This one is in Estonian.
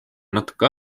natuke